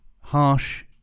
harsh